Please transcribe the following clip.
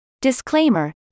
Disclaimer